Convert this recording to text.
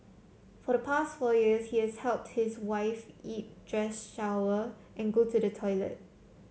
for the past four years he has helped his wife eat dress shower and go to the toilet